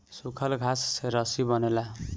सूखल घास से रस्सी बनेला